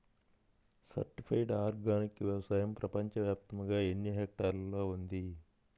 Certified organic వ్యవసాయం ప్రపంచ వ్యాప్తముగా ఎన్నిహెక్టర్లలో ఉంది?